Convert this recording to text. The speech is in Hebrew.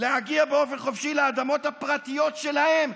להגיע באופן חופשי לאדמות הפרטיות שלהם,